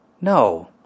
No